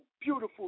beautiful